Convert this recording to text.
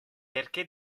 perché